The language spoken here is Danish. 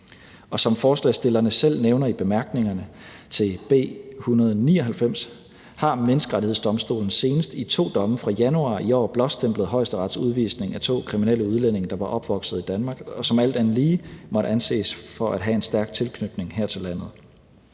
Og som forslagsstillerne selv nævner i bemærkningerne til B 199, har Menneskerettighedsdomstolen senest i to domme fra januar i år blåstemplet Højesterets udvisning af to kriminelle udlændinge, der var opvokset i Danmark, og som alt andet lige måtte anses for at have en stærk tilknytning her til landet.